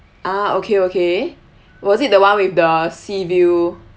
ah okay okay was it the one with the sea view